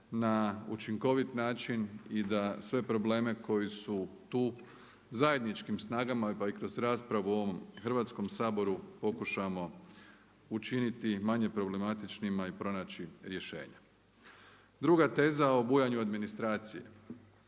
na učinkovit način i da sve probleme koji su tu zajedničkim snagama pa i kroz raspravu u ovom Hrvatskom saboru pokušamo učiniti manje problematičnima i pronaći rješenja. Druga teza o bujanju administracije,